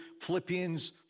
Philippians